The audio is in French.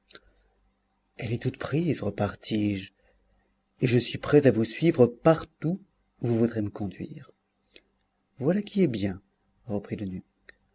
elle est toute prise repartis-je et je suis prêt à vous suivre partout où vous voudrez me conduire voilà qui est bien reprit